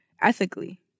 ethically